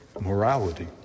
morality